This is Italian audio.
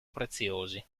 preziosi